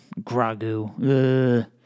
Gragu